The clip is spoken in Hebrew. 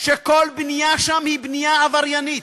שכל בנייה בהם היא בנייה עבריינית.